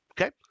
Okay